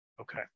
Okay